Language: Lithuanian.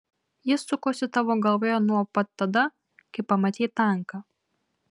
jis sukosi tavo galvoje nuo pat tada kai pamatei tanką